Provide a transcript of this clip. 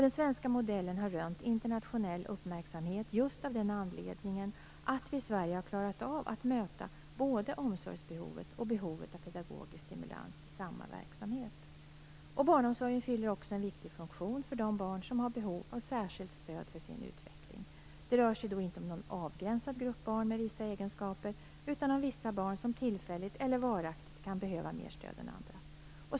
Den svenska modellen har rönt internationell uppmärksamhet just av den anledningen att vi i Sverige har klarat av att möta både omsorgsbehovet och behovet av pedagogisk stimulans i samma verksamhet. Barnomsorgen fyller också en viktig funktion för de barn som har behov av särskilt stöd för sin utveckling. Det rör sig då inte om någon avgränsad grupp barn med vissa egenskaper utan om vissa barn som tillfälligt eller varaktigt kan behöva mer stöd än andra.